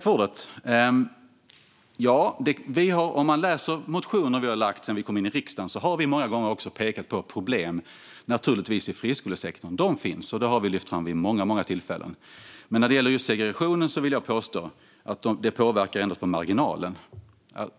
Fru talman! Om man läser motioner som vi har lagt fram sedan vi kom in i riksdagen ser man att vi många gånger naturligtvis har pekat på problem i friskolesektorn. De finns, och det har vi lyft fram vid många tillfällen. Men när det gäller segregationen vill jag påstå att detta ändå påverkar på marginalen.